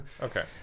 Okay